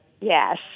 Yes